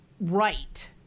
right